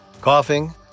Coughing